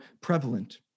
prevalent